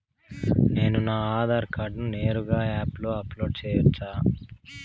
నేను నా ఆధార్ కార్డును నేరుగా యాప్ లో అప్లోడ్ సేయొచ్చా?